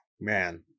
Man